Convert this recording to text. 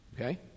Okay